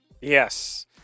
Yes